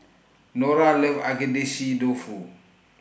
Nora loves Agedashi Dofu